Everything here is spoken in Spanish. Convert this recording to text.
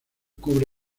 cubre